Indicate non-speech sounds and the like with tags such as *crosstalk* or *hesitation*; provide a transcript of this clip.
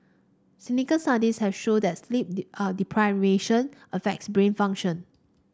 *unintelligible* studies have shown that sleep *hesitation* deprivation affects brain function